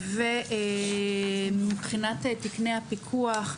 ומבחינת תיקני הפיקוח,